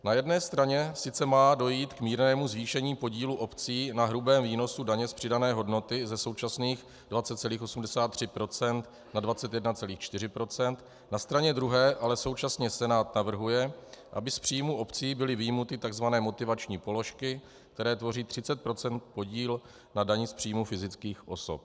Na jedné straně sice má dojít k mírnému zvýšení podílu obcí na hrubém výnosu daně z přidané hodnoty ze současných 27, 83 % na 21, 4 %, na straně druhé ale současně Senát navrhuje, aby z příjmů obcí byly vyjmuty tzv. motivační položky, které tvoří 30 % podíl na dani z příjmu fyzických osob.